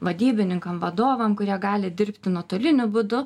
vadybininkam vadovam kurie gali dirbti nuotoliniu būdu